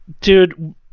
Dude